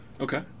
Okay